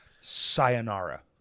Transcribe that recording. sayonara